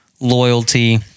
loyalty